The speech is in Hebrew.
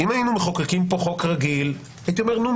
אם היינו מחוקקים פה חוק רגיל הייתי אומר: נו,